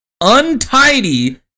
untidy